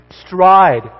stride